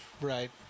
Right